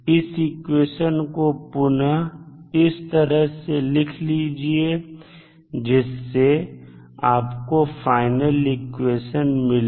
इस इक्वेशन को पुनः इस तरह से लिख लीजिए जिससे आपको फाइनल इक्वेशन मिले